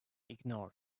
ignored